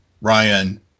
Ryan